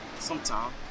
Sometime